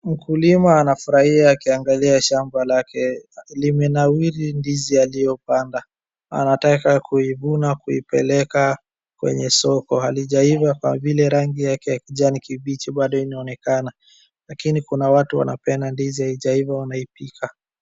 Mkulima anafurahia akiangalia shamba lake limenawili ndizi aliyo panda anataka kuivuna, kuipeleka kwenye soko. Halijaiva kwa vile rangi yake ya kijani kibichi bado inaonekana, lakini kuna watu wanapenda ndizi haijaiva wanapika.